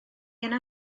yna